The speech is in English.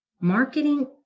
Marketing